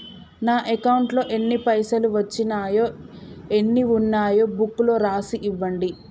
నా అకౌంట్లో ఎన్ని పైసలు వచ్చినాయో ఎన్ని ఉన్నాయో బుక్ లో రాసి ఇవ్వండి?